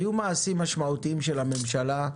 היו מעשים משמעותיים של הממשלה,